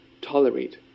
tolerate